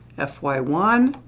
f y one.